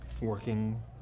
working